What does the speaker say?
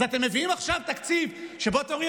אז אתם מביאים עכשיו תקציב שבו אתם אומרים: